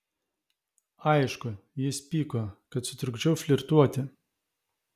aišku jis pyko kad sutrukdžiau flirtuoti